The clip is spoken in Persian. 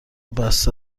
بسته